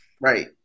Right